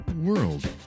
world